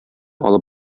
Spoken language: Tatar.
алып